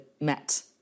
Met